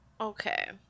okay